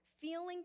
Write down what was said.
feeling